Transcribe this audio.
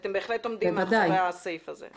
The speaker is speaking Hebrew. אתם בהחלט עומדים מאחורי הסעיף הזה.